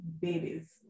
babies